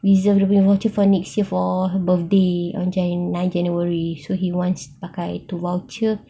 reserve the vouchers for next year for her birthday on jan~ ninth january so he wants pakai tu voucher